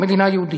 מדינה יהודית.